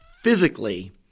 physically